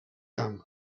camp